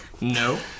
No